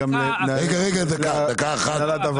רגע, דקה אחת.